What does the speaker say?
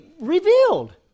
revealed